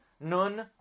Nun